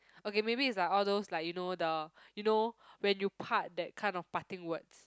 okay maybe is like all those like you know the you know when you part that kind of parting words